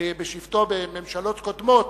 בשבתו בממשלות קודמות,